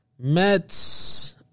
Mets